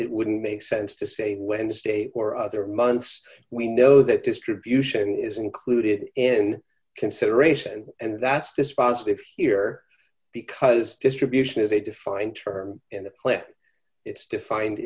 it wouldn't make sense to d say wednesday or other months we know that distribution is included in consideration and that's dispositive here because distribution is a defined term in the plan it's defined